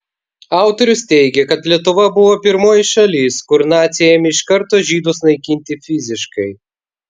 autorius teigia kad lietuva buvo pirmoji šalis kur naciai ėmė iš karto žydus naikinti fiziškai